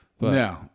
No